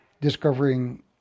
discovering